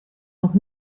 nog